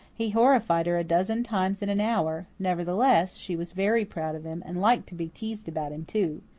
he horrified her a dozen times in an hour nevertheless, she was very proud of him, and liked to be teased about him, too.